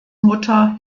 mutter